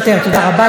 תודה רבה לך.